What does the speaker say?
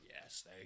yes